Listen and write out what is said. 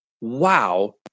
wow